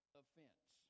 offense